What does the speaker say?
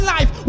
Life